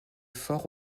forts